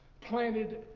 planted